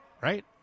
right